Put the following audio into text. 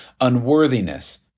unworthiness